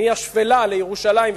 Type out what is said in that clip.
מהשפלה לירושלים,